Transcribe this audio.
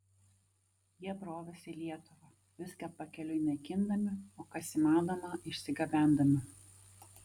jie brovėsi į lietuvą viską pakeliui naikindami o kas įmanoma išsigabendami